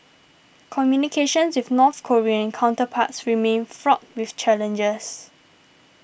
communications with North Korean counterparts remain fraught with challenges